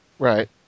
Right